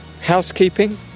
housekeeping